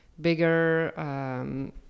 bigger